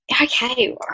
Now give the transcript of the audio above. Okay